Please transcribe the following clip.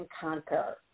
conquer